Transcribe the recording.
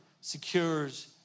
secures